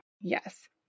Yes